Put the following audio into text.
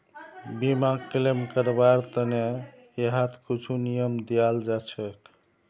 बीमाक क्लेम करवार त न यहात कुछु नियम दियाल जा छेक